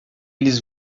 eles